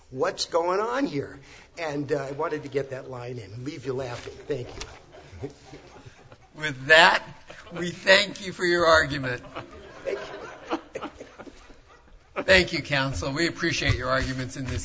what's going on here and i wanted to get that line and leave you laughing i think that we thank you for your argument thank you counsel we appreciate your arguments in this